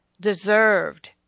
deserved